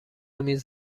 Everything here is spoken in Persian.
میز